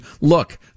Look